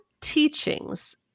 teachings